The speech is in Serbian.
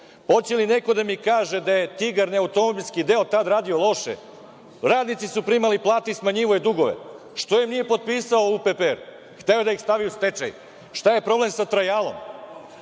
li neko da mi kaže da je „Tigar“, neautomobliski deo tada radio loše? Radnici su primali plate i smanjivao je dugove. Što im nije potpisao UPPR? Hteo je da ih stavi u stečaj. Šta je problem sa „Trajalom“,